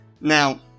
now